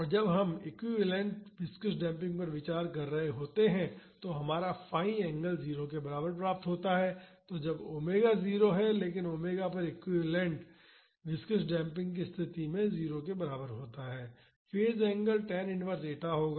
और जब हम क्विवैलेन्ट विस्कॉस डेम्पिंग पर विचार कर रहे होते हैं तो हमारा फाई एंगल 0 के बराबर प्राप्त होता है जब ओमेगा 0 है लेकिन ओमेगा पर क्विवैलेन्ट विस्कॉस डेम्पिंग की स्तिथि में 0 के बराबर होता है phase angle tan inverse eta होगा